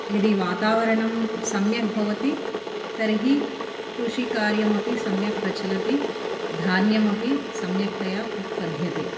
यदि वातावरणं सम्यक् भवति तर्हि कृषिकार्यमपि सम्यक् प्रचलति धान्यमपि सम्यक्तया उत्पद्यते